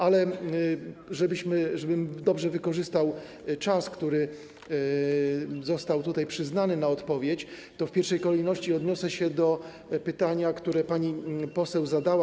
Ale żebym dobrze wykorzystał czas, który został tutaj przyznany na odpowiedź, w pierwszej kolejności odniosę się do pytania, które pani poseł zadała.